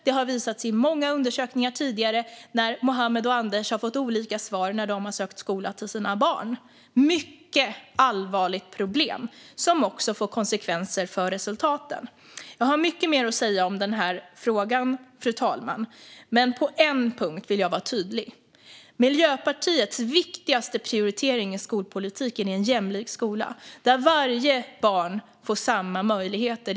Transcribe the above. Det har visats i många undersökningar tidigare när Mohammed och Anders har fått olika svar när de har sökt skolor till sina barn. Det är ett mycket allvarligt problem, som också får konsekvenser för resultaten. Fru talman! Jag har mycket mer att säga om frågan. Men på en punkt vill jag vara tydlig: Miljöpartiets viktigaste prioritering i skolpolitiken är en jämlik skola där alla barn får samma möjligheter.